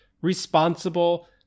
responsible